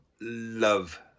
love